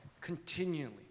continually